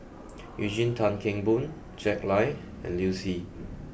Eugene Tan Kheng Boon Jack Lai and Liu Si